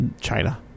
China